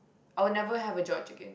I will never have a George again